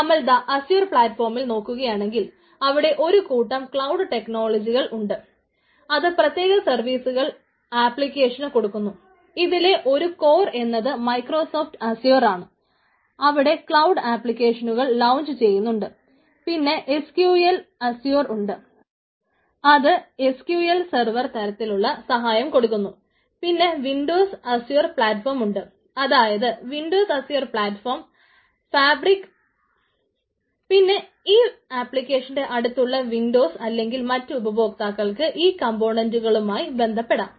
നമ്മൾ ദാ അസ്യുർ പ്ലാറ്റ്ഫോമിൽ നോക്കുകയാണെങ്കിൽ അവിടെ ഒരു കൂട്ടം ക്ലൌഡ് ടെക്നോളജികൾ ബന്ധപ്പെടാം